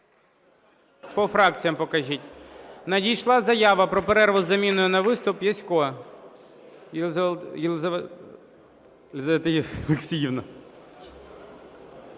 По фракціях покажіть. Надійшла заява про перерву з заміною на виступ. Ясько